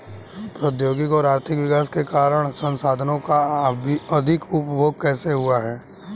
प्रौद्योगिक और आर्थिक विकास के कारण संसाधानों का अधिक उपभोग कैसे हुआ है?